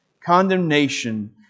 condemnation